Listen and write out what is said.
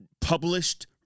published